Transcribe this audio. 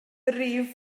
rif